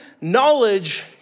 knowledge